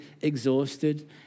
exhausted